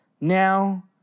now